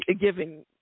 giving